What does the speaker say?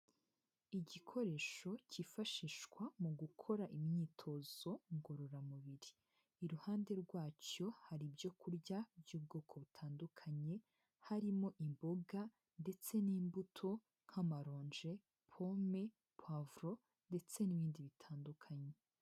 Igikoresho cyifashishwa mu gukora imyitozo ngororamubiri. Iruhande rwacyo hari ibyo kurya by'ubwoko butandukanye, harimo imboga ndetse n'imbuto nk'amaronje, pome puwavuro ndetse n'ibindi bitandukanye.